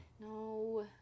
No